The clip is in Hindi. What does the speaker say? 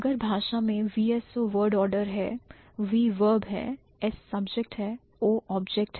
अगर भाषा में VSO word order है V Verb है S Subject है O Object है